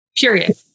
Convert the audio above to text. period